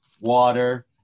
water